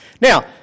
Now